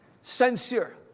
Censure